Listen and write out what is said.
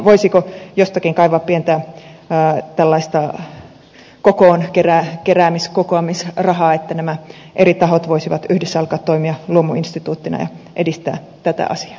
voisiko jostakin kaivaa pientä kokoonkeräämis kokoamisrahaa että nämä eri tahot voisivat yhdessä alkaa toimia luomuinstituuttina ja edistää tätä asiaa